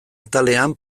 atalean